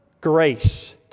grace